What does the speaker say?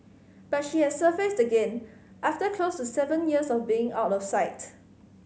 but she has surfaced again after close to seven years of being out of sight